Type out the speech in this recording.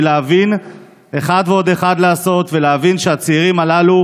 לעשות אחת ועוד אחת ולהבין שהצעירים הללו,